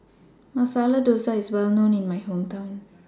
Masala Dosa IS Well known in My Hometown